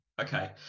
Okay